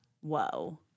Whoa